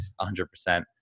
100%